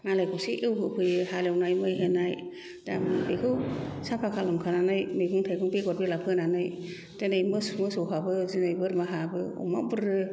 मालायखौसो एवहो फैयो हालेवनाय मै होनाय दा बेखौ साफा खालामखांनानै मैगं थाइगं बेगर बेला फोनानै दिनै मोसौ मैसो हाबो दिनै बोरमा हाबो अमाफोर